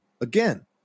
Again